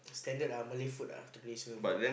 standard ah Malay food ah traditional food